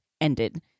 ended